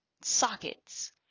sockets